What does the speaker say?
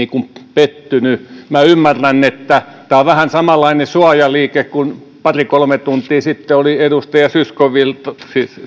pettynyt minä ymmärrän että tämä on vähän samanlainen suojaliike kuin pari kolme tuntia sitten oli edustaja